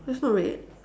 that's not red